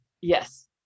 yes